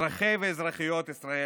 אזרחי ואזרחיות ישראל,